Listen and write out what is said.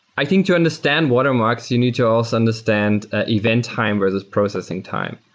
i think to understand watermarks, you need to also understand event time versus processing time.